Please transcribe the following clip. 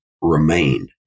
remain